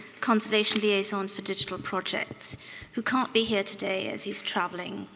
conservation liaison for digital projects who can't be here today as he's traveling.